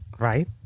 Right